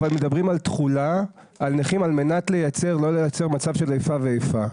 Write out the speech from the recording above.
אבל מדברים על תחולה על נכים על מנת לא לייצר מצב של איפה ואיפה.